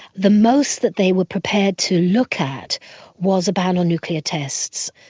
the most that they were prepared to look at was a ban on nuclear tests,